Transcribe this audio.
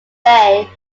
bay